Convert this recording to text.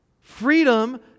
Freedom